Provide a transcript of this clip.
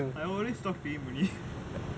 I always talk to him only